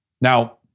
Now